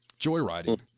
joyriding